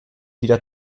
wieder